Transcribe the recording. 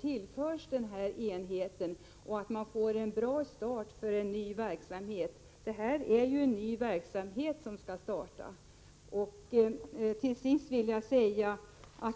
tillförs denna enhet, så att det blir en bra start för en ny verksamhet. Det är ju en ny verksamhet som skall starta.